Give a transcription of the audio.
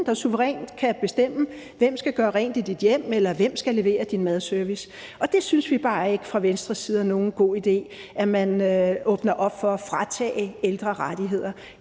der suverænt kan bestemme, hvem der skal gøre rent i dit hjem, eller hvem der skal levere din madservice, og vi synes fra Venstres side bare ikke, det er nogen god idé, at man åbner op for at fratage ældre rettigheder.